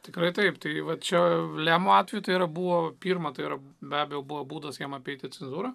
tikrai taip tai va čia lemo atveju tai yra buvo pirma tai yra be abejo buvo būdas jam apeiti cenzūrą